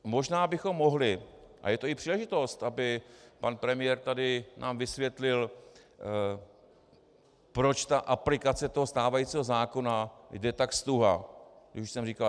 Možná bychom mohli, a je to i příležitost, aby pan premiér tady nám vysvětlil, proč aplikace stávajícího zákona jde tak ztuha, jak už jsem říkal.